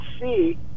see